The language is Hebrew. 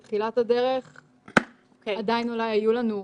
בתחילת הדרך עדיין אולי היו לנו אנרגיות,